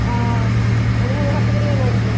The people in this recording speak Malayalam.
ആ ആ നിങ്ങള്ക്ക് പച്ചക്കറി വേണമായിരിക്കും